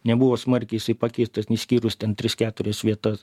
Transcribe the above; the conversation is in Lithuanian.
nebuvo smarkiai pakeistas išskyrus ten tris keturias vietas